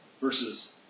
Versus